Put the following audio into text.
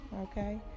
okay